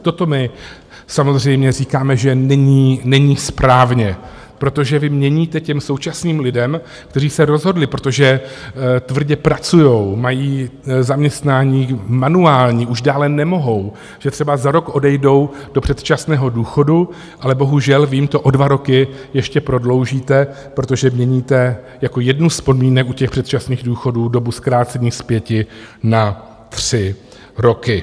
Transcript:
Toto my samozřejmě říkáme, že není správně, protože vy měníte těm současným lidem, kteří se rozhodli, protože tvrdě pracují, mají zaměstnání manuální, už dále nemohou, že třeba za rok odejdou do předčasného důchodu, ale bohužel vy jim to o dva roky ještě prodloužíte, protože měníte jako jednu z podmínek u těch předčasných důchodů dobu zkrácení z pěti na tři roky.